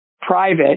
private